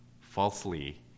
falsely